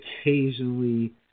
occasionally